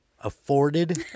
Afforded